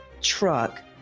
truck